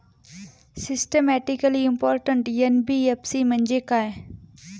Systematically important NBFC म्हणजे काय?